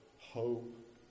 hope